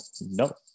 nope